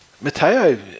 Matteo